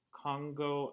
Congo